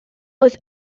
oedd